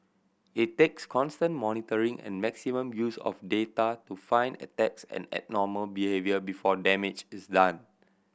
it takes constant monitoring and maximum use of data to find attacks and abnormal behaviour before damage is done